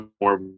more